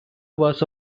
was